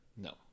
No